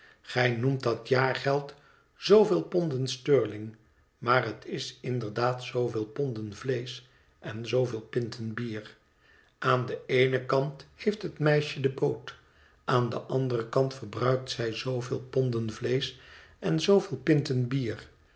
gij noemt dat jaargeld zooveel ponden sterling maar het is inderdaad zooveel ponden vleesch en zooveel pinten bier aan den eenen kant heeft het meisje de boot aan den anderen kant verbruikt zij zooveel ponden vleesch en zooveel pinten bier